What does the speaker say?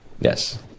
yes